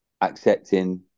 accepting